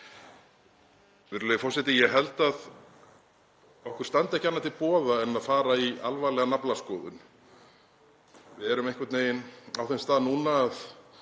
Virðulegi forseti. Ég held að okkur standi ekki annað til boða en að fara í alvarlega naflaskoðun, við erum einhvern veginn á þeim stað núna.